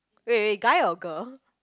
wait wait guy or girl